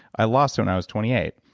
i lost it when i was twenty eight.